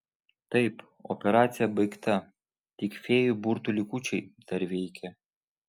taip operacija baigta tik fėjų burtų likučiai dar veikia